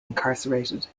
incarcerated